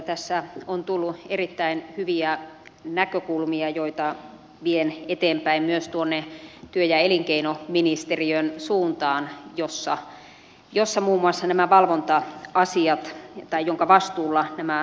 tässä on tullut erittäin hyviä näkökulmia joita vien eteenpäin myös tuonne työ ja elinkeinoministeriön suuntaan jonka vastuulla muun muassa nämä valvontakysymykset ovat